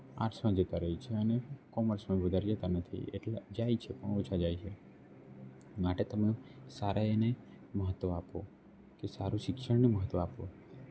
આર્ટ્સમાં જતા રહે છે અને કોમર્સમાં બધા લેતા નથી એટલે જાય છે પણ ઓછા જાય છે માટે તમે સારા એને મહત્ત્વ આપો કે સારું શિક્ષણને મહત્ત્વ આપો